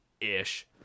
ish